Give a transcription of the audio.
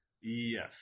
yes